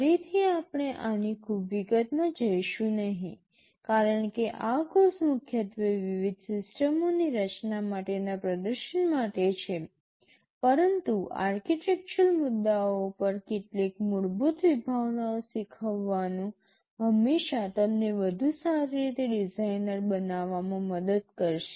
ફરીથી આપણે આની ખૂબ વિગતમાં જઈશું નહીં કારણ કે આ કોર્ષ મુખ્યત્વે વિવિધ સિસ્ટમોની રચના માટેના પ્રદર્શન માટે છે પરંતુ આર્કિટેક્ચરલ મુદ્દાઓ પર કેટલીક મૂળભૂત વિભાવનાઓ શીખવાનું હંમેશાં તમને વધુ સારી રીતે ડિઝાઇનર બનવામાં મદદ કરશે